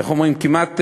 איך אומרים, כמעט,